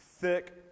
Thick